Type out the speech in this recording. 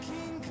King